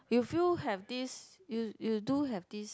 you feel have this you you do have this